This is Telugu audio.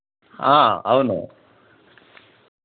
అవును